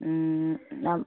നം